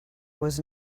was